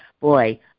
boy